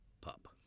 pup